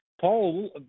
Paul